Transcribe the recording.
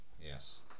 Yes